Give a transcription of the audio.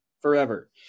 forever